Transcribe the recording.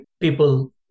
people